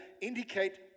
indicate